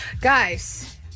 Guys